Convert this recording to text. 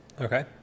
okay